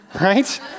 right